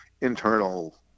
internal